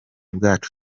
bwacu